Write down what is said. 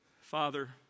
Father